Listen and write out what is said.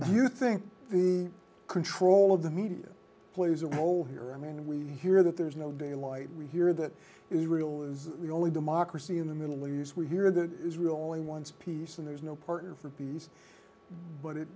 do you think the control of the media plays a role here i mean we hear that there is no daylight here that israel is the only democracy in the middle lose we hear that israel only wants peace and there's no partner for peace but it